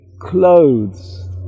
clothes